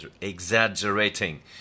exaggerating